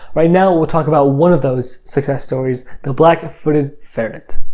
right now, we'll talk about one of those success stories the black-footed ferret.